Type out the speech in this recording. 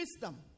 wisdom